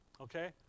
Okay